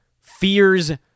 fear's